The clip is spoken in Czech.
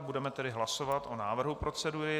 Budeme tedy hlasovat o návrhu procedury.